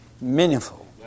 meaningful